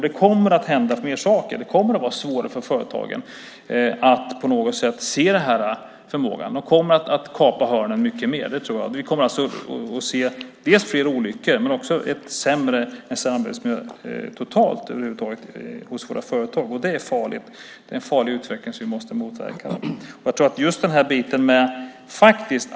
Det kommer att hända mer saker. Det kommer att vara svårare för företagen att se denna förmåga. De kommer att kapa hörnen mycket mer. Vi kommer att få fler olyckor, men också en sämre arbetsmiljö över huvud taget hos våra företag. Det är en farlig utveckling som vi måste motverka.